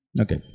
Okay